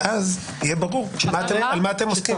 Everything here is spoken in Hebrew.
ואז יהיה ברור על מה אתם עוסקים.